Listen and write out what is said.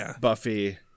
Buffy